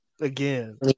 Again